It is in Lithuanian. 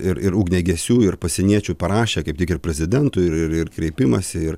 ir ir ugniagesių ir pasieniečių parašė kaip tik ir prezidentui ir ir kreipimąsi ir